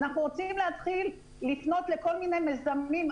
אנחנו רוצים להתחיל לפנות לכל מיני מזמנים,